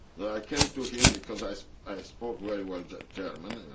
i came to him because i so i spoke very well german.